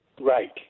Right